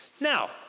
Now